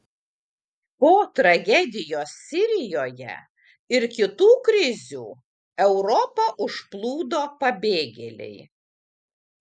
po tragedijos sirijoje ir kitų krizių europą užplūdo pabėgėliai